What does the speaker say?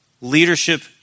leadership